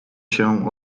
się